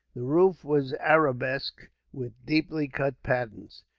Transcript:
the roof was arabesqued with deeply cut patterns,